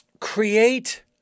Create